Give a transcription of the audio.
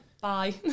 bye